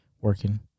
working